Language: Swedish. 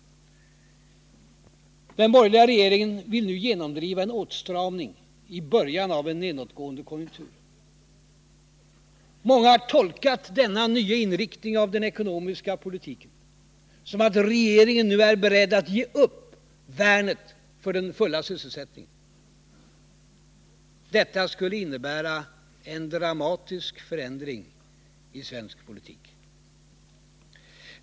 Den borgerliga regeringen vill nu genomdriva en åtstramning i början av en nedåtgående konjunktur. Många har tolkat denna nya inriktning av den ekonomiska politiken som att regeringen nu är beredd att ge upp värnet för den fulla sysselsättningen. Detta skulle innebära en dramatisk förändring i svensk politik.